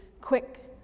quick